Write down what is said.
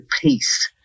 peace